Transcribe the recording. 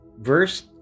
verse